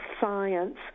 science